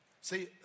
See